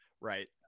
right